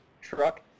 truck